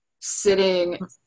sitting